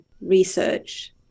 research